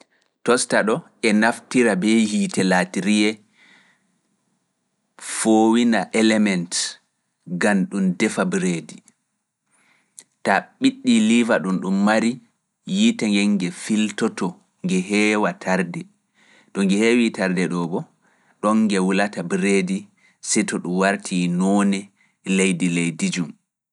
Tosta ɗo e naftira ɓe yiite laatiriyee foowina element gaam ɗum defa bereedi. Ta ɓiɗɗi liva ɗum ɗum mari, yiite nge nge filtoto, nge heewa tarde. To nge heewi tarde ɗoo boo, ɗoon nge wulata bereedi, seto ɗum wartii noone leydi leydi jum.